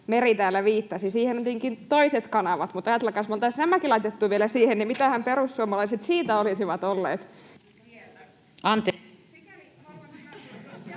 Meri täällä viittasi. Siihen on tietenkin toiset kanavat, mutta ajatelkaa, jos me olisimme nämäkin vielä laittaneet siihen, niin mitähän perussuomalaiset siitä olisivat olleet mieltä.